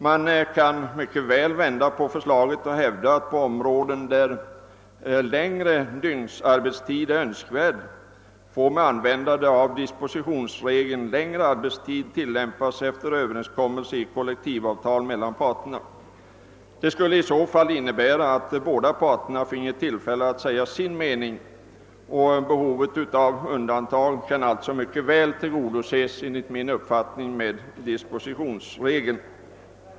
Man kan mycket väl vända på förslaget och medge att längre arbetstid får tillämpas efter överenskommelse i kollektivavtal mellan parterna på områden där längre dygnsarbetstid är önskvärd. Detta skulle innebära att båda parter finge tillfälle att säga sin mening. Behovet av undantag kan alltså enligt min uppfattning mycket väl tillgodoses genom dispositionsregeln.